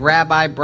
Rabbi